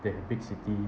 that big city